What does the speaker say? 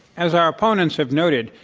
as our opponents have noted,